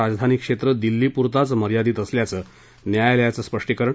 राजधानी क्षेत्र दिल्ली पुरताच मर्यादित असल्याचं न्यायालयाचं स्पष्टीकरण